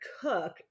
cook